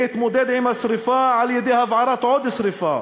להתמודד עם השרפה על-ידי הבערת עוד שרפה,